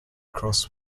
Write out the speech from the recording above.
cross